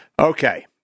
Okay